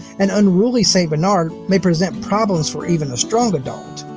an unruly st. bernard may present problems for even a strong adult,